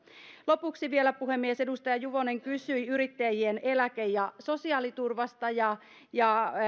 lopuksi vielä puhemies edustaja juvonen kysyi yrittäjien eläke ja sosiaaliturvasta